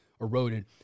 eroded